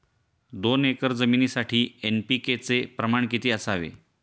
दोन एकर जमिनीसाठी एन.पी.के चे प्रमाण किती असावे?